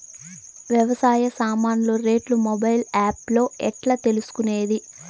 వ్యవసాయ సామాన్లు రేట్లు మొబైల్ ఆప్ లో ఎట్లా తెలుసుకునేది?